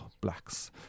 blacks